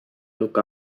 look